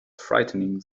frightening